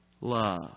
love